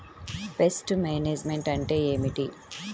Pest management అంటే ఏమిటి?